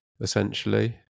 essentially